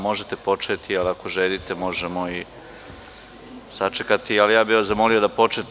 Možete početi, ali ako želite možemo i sačekati, ali ja bih vas zamolio da počnete.